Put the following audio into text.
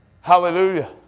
Hallelujah